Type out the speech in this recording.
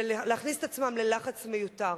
ולהכניס את עצמם ללחץ מיותר.